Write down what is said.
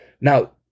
Now